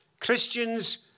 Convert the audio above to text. Christians